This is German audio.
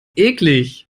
eklig